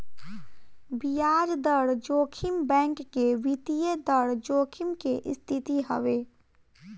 बियाज दर जोखिम बैंक के वित्तीय दर जोखिम के स्थिति हवे